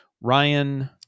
Ryan